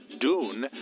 Dune